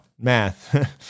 Math